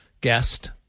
guest